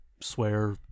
swear